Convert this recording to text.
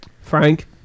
Frank